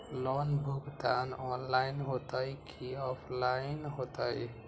Loan भुगतान online होतई कि ऑफलाइन होतई?